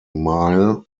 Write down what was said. mile